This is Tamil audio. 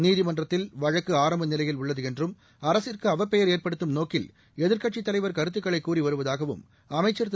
நீதிமன்றத்தில் வழக்கு ஆரம்பநிலையில் உள்ளது என்றும் அரசிற்கு அவப்பெயர் ஏற்படுத்தும் நோக்கில் எதிர்க்கட்சித் தலைவர் கருத்துக்களை கூறி வருவதாகவும் அமைச்ச் திரு